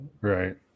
Right